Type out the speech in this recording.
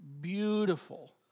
beautiful